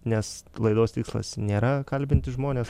nes laidos tikslas nėra kalbinti žmones